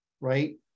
right